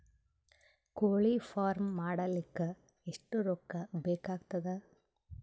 ಕೋಳಿ ಫಾರ್ಮ್ ಮಾಡಲಿಕ್ಕ ಎಷ್ಟು ರೊಕ್ಕಾ ಬೇಕಾಗತದ?